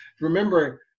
Remember